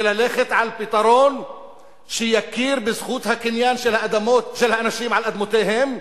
ותלך על פתרון שיכיר בזכות הקניין של האנשים על אדמותיהם,